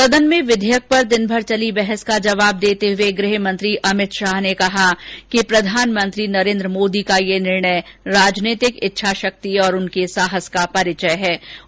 सदन में विधयेक पर दिनभर चली बहस का जवाब देते हुए गृह मंत्री अमित शाह ने कहा कि प्रधानमंत्री मोदी का यह निर्णय कर राजनीतिक इच्छाशक्ति और साहस का परिचय दिया